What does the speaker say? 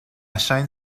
chaîne